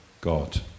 God